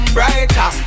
Brighter